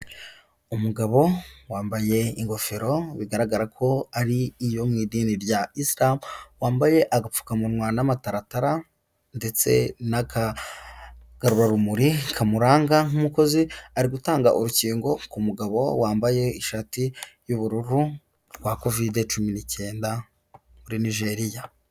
Umugabo wambaye ingofero bigaragara ko ari iyo mu idini rya isilamu, wambaye agapfukamunwa n'amataratara ndetse n'akagarurarumuri kamuranga nk'umukozi, ari gutanga urukingo ku mugabo wambaye ishati y'ubururu rwa kovidi cumi n'icyenda muri Nigeria.